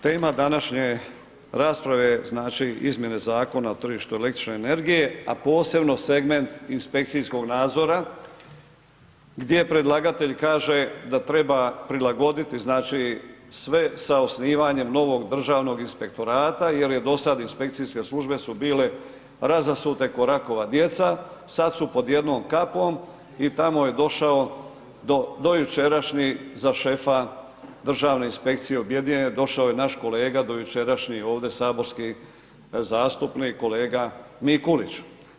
Tema današnje rasprave je znači Izmjene zakona o tržištu električne energije a posebno segment inspekcijskog nadzora gdje predlagatelj kaže da treba prilagoditi znači sve sa osnivanjem novog državnog inspektorata jer je do sada inspekcijske službe su bile razasute kao rakova djeca, sada su pod jednom kapom i tamo je došao do jučerašnji za šefa državne inspekcije objedinjene, došao je naš kolega do jučerašnji ovdje saborski zastupnik, kolega Mikulić.